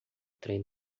trem